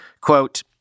Quote